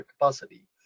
capacity